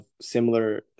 similar